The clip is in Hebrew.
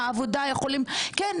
כן,